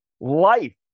life